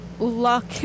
Luck